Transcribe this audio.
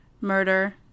murder